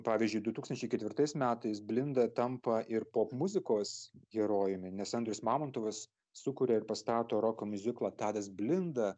pavyzdžiui du tūkstančiai ketvirtais metais blinda tampa ir popmuzikos herojumi nes andrius mamontovas sukuria ir pastato roko miuziklą tadas blinda